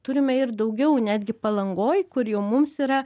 turime ir daugiau netgi palangoj kur jau mums yra